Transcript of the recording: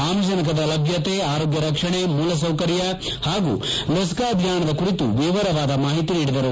ಆಮ್ಲಜನಕದ ಲಭ್ಯತೆ ಆರೋಗ್ಲ ರಕ್ಷಣೆ ಮೂಲಸೌಕರ್ಯ ಹಾಗೂ ಲಸಿಕಾ ಅಭಿಯಾನದ ಕುರಿತು ವಿವರವಾದ ಮಾಹಿತಿ ನೀಡಿದರು